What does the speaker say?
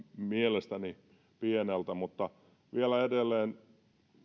mielestäni pieneltä mutta vielä edelleen